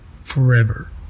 forever